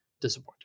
disappointing